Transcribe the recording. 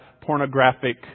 pornographic